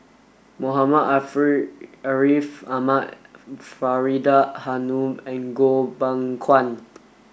Muhammad Ariff Ahmad Faridah Hanum and Goh Beng Kwan